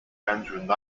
andrew